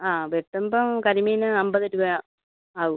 ആ വെട്ടുമ്പം കരിമീന് അമ്പത് രൂപ ആകും